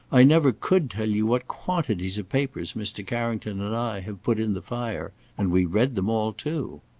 i never could tell you what quantities of papers mr. carrington and i have put in the fire and we read them all too.